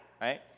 right